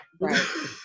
right